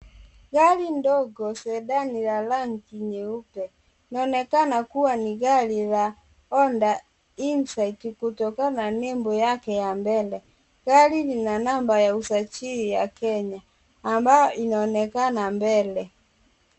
Gari ndogo Sedani la rangi nyeupe. Laonekana kuwa ni gari la Honda Inside kutokana na nembo ya mbele. Gari lina namba ya usajili ya Kenya ambayo inaonekana mbele.